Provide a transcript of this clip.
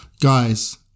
Guys